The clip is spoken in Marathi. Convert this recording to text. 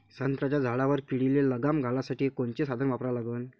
संत्र्याच्या झाडावर किडीले लगाम घालासाठी कोनचे साधनं वापरा लागन?